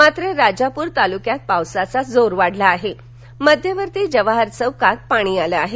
मात्र राजापूर तालुक्यात पावसाचा जोर वाढला असून मध्यवर्ती जवाहर चौकात पाणी आलं आहे